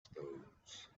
stones